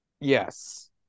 Yes